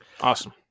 Awesome